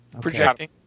Projecting